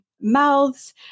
mouths